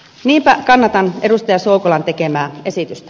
niinpä kannatan edustaja soukolan tekemää esitystä